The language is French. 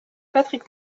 patrick